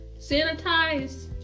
Sanitize